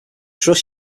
trust